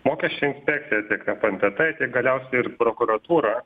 mokesčių inspekciją tiek fntt tiek galiausiai ir prokuratūrą